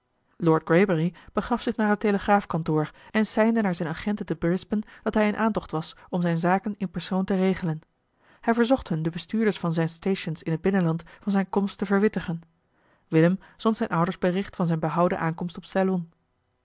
lord greybury begaf zich naar het telegraafkantoor en seinde naar zijne agenten te brisbane dat hij in aantocht was om zijne zaken in persoon te regelen hij verzocht hun de bestuurders van zijne stations in het binnenland van zijne komst te verwittigen willem zond zijn ouders bericht van zijn behouden aankomst op ceylon